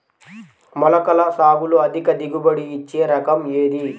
మొలకల సాగులో అధిక దిగుబడి ఇచ్చే రకం ఏది?